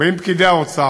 באים פקידי האוצר,